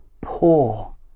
poor